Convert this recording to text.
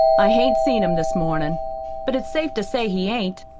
i hain't seen him this mornin' but it's safe to say he ain't.